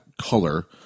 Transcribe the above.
color